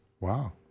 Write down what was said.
Wow